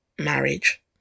marriage